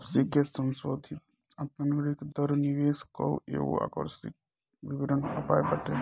वापसी के संसोधित आतंरिक दर निवेश कअ एगो आकर्षक वित्तीय उपाय बाटे